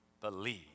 believe